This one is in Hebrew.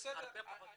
הרבה פחות יקבלו.